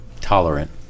tolerant